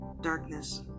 Darkness